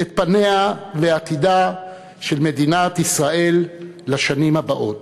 את פניה ועתידה של מדינת ישראל לשנים הבאות.